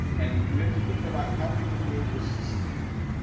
and we have to think about how are we gonna make this sustainable?